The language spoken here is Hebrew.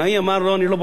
תרשה לי לעדכן אותך,